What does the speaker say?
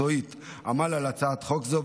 מקצועית עמל על הצעת חוק זו,